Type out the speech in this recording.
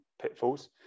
pitfalls